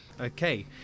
Okay